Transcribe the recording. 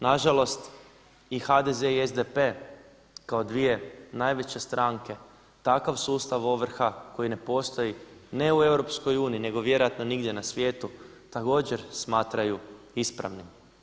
Nažalost i HDZ i SDP kao dvije najveće stranke takav sustav ovrha koji ne postoji, ne u EU nego vjerojatno nigdje na svijetu također smatraju ispravnim.